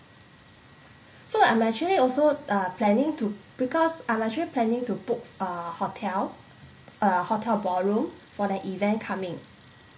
so I'm actually also uh planning to because I'm actually planning to book uh hotel uh hotel ballroom for the event coming